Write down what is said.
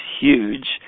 huge